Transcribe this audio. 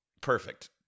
Perfect